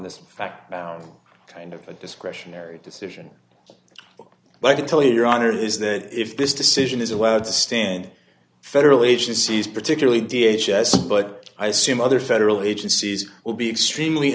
this fact bound kind of a discretionary decision well i can tell you your honor is that if this decision is allowed to stand federal agencies particularly d h s s but i assume other federal agencies will be extremely